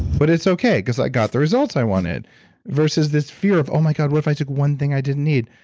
but it's okay because i got the results i wanted versus this fear of, oh my god, what if i took one thing i didn't need?